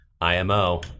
IMO